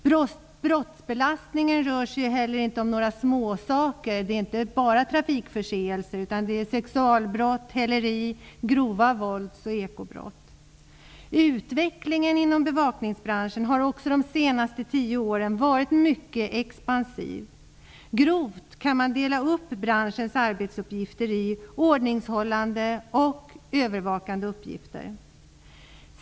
Brottsbelastningen rör sig heller inte om några småsaker; det är inte bara trafikförseelser, utan sexualbrott, häleri, grova vålds och ekobrott. Utvecklingen inom bevakningsbranschen har också de senaste tio åren varit mycket expansiv. Grovt kan man dela upp branschens arbetsuppgifter i ordningshållande och övervakande uppgifter.